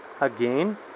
again